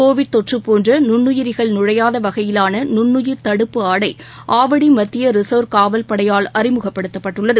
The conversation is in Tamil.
கோவிட் தொற்று போன்ற நுண்ணுயிரிகள் நுழையாத வகையிலான நுண்ணுயிர் தடுப்பு ஆடை ஆவடி மத்திய ரிசர்வ் காவல் படையால் அறிமுகப்படுத்தப்பட்டுள்ளது